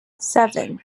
seven